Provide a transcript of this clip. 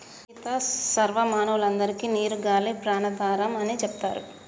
సీత సర్వ మానవులందరికే నీరు గాలి ప్రాణాధారం అని సెప్తారు